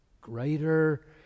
greater